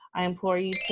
i implore you to.